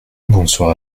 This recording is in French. bonsoir